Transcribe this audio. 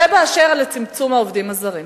זה באשר לצמצום מספר העובדים הזרים,